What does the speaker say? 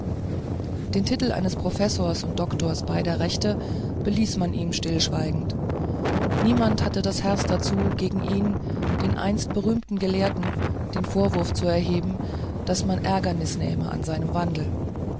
den titel eines professors und doktors beider rechte beließ man ihm stillschweigend niemand hatte das herz dazu gegen ihn den einst berühmten gelehrten den vorwurf zu erheben daß man ärgernis nähme an seinem wandel